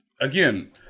again